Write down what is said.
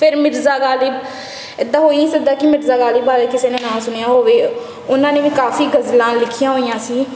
ਫਿਰ ਮਿਰਜ਼ਾ ਗਾਲਿਬ ਇੱਦਾਂ ਹੋ ਹੀ ਨਹੀਂ ਸਕਦਾ ਕਿ ਮਿਰਜ਼ਾ ਗਾਲਿਬ ਬਾਰੇ ਕਿਸੇ ਨੇ ਨਾ ਸੁਣਿਆ ਹੋਵੇ ਉਹਨਾਂ ਨੇ ਵੀ ਕਾਫੀ ਗਜ਼ਲਾਂ ਲਿਖੀਆਂ ਹੋਈਆਂ ਸੀ